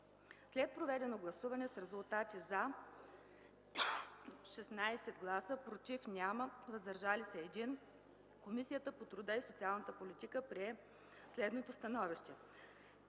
След проведено гласуване с резултати: 16 гласа „за”, без „против” и 1 „въздържал се”, Комисията по труда и социалната политика прие следното становище: